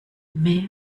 mehr